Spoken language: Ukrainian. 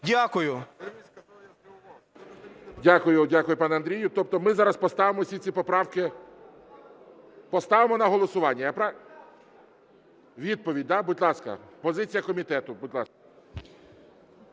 Дякую. Дякую, пане Андрію. Тобто ми зараз поставимо всі ці поправки… Поставимо на голосування? Відповідь, да? Будь ласка, позиція комітету.